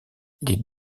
les